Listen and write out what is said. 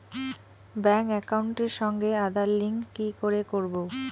Bank একাউন্টের সঙ্গে Aadhaar link কি করে করবো?